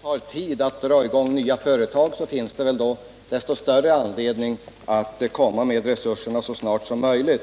Herr talman! Det är riktigt som Elver Jonsson sade, att det tar tid att dra i gång nya företag. Men då finns det väl desto större anledning att sätta in resurser så snart som möjligt.